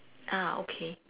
uh okay